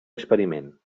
experiment